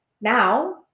now